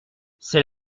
c’est